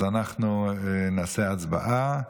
אנחנו נעשה הצבעה.